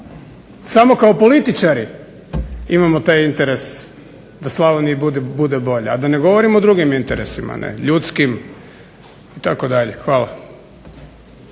Samo kao političari imamo taj interes da Slavoniji bude bolje, a da ne govorim o drugim interesima ne, ljudskim itd. Hvala.